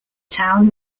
town